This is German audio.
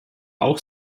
auch